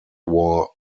war